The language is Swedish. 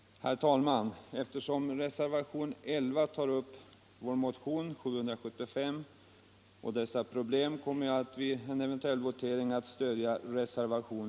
Herr talman! Eftersom reservation 11 tar upp motionen 775 och de dövas problem kommer jag vid en eventuell votering att stödja denna reservation.